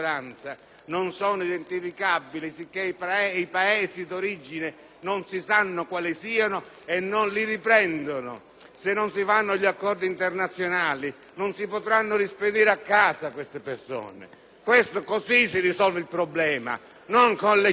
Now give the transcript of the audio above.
Se non si fanno gli accordi internazionali, non si potranno rispedire a casa queste persone. Così si risolve il problema, non con le chiacchiere! In questo modo voi state facendo un danno al Paese, che ci costerà centinaia di milioni di euro e creerà